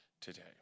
today